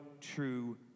true